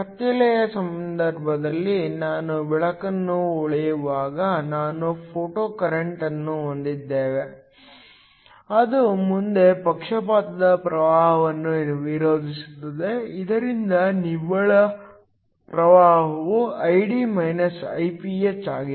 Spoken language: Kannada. ಕತ್ತಲೆಯ ಸಂದರ್ಭದಲ್ಲಿ ನಾವು ಬೆಳಕನ್ನು ಹೊಳೆಯುವಾಗ ನಾವು ಫೋಟೊಕರೆಂಟ್ ಅನ್ನು ಹೊಂದಿದ್ದೇವೆ ಅದು ಮುಂದೆ ಪಕ್ಷಪಾತದ ಪ್ರವಾಹವನ್ನು ವಿರೋಧಿಸುತ್ತದೆ ಇದರಿಂದ ನಿವ್ವಳ ಪ್ರವಾಹವು Id - Iph ಆಗಿದೆ